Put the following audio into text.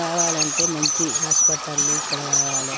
కావాలంటే మంచి హాస్పిటల్లు ఇక్కడ కావాలే